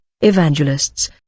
evangelists